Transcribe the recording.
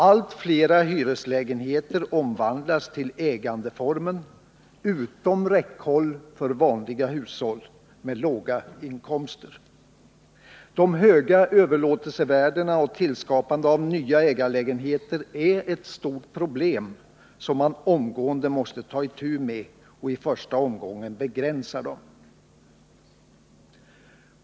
Allt flera hyreslägenheter omvandlas till ägandeformen — utom räckhåll för vanliga hushåll med låga inkomster. De höga överlåtelsevärdena och skapandet av nya ägarlägenheter är ett stort problem som man omedelbart måste ta itu med. I första omgången måste man ta itu med problemet genom att stoppa fria överlåtelsevärden och begränsa avdragsrätten.